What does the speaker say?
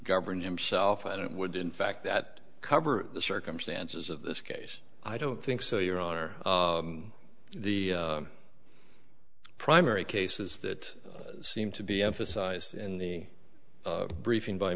governor himself and it would in fact that cover the circumstances of this case i don't think so your honor the primary cases that seem to be emphasized in the briefing by